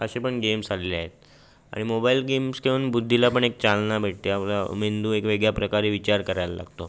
असे पण गेम्स आलेले आहेत आणि मोबाईल गेम्स खेळून बुद्धीला पण एक चालना भेटते आपला मेंदू एक वेगळ्या प्रकारे विचार करायला लागतो